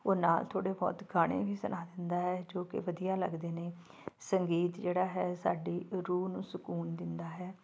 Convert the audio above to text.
ਉਹ ਨਾਲ ਥੋੜ੍ਹੇ ਬਹੁਤ ਗਾਣੇ ਵੀ ਸੁਣਾ ਦਿੰਦਾ ਹੈ ਜੋ ਕਿ ਵਧੀਆ ਲੱਗਦੇ ਨੇ ਸੰਗੀਤ ਜਿਹੜਾ ਹੈ ਸਾਡੀ ਰੂਹ ਨੂੰ ਸਕੂਨ ਦਿੰਦਾ ਹੈ